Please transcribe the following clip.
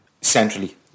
centrally